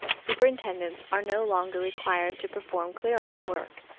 superintendents are no longer required to perform clerical work.